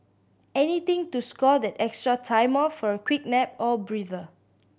anything to score that extra time off for a quick nap or breather